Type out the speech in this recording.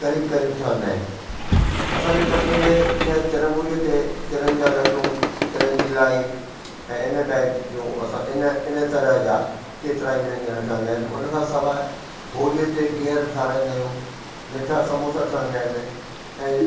क़रीब क़रीब ठहंदा आहिनि असांजे कटनीअ में जीअं तिरमूरी ते तिरनि जा लॾूं तिरनि जी लाई ऐं इन टाईप जो असां इन इन तरह जा केतिरा ई व्यंजन ठहंदा आहिनि उन खां सवाइ होलीअ ते गीहर ठाराईंदा आहियूं मिठा समोसा ठहंदा आहिनि ऐं